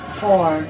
four